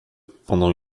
pendant